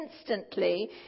instantly